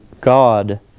God